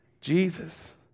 Jesus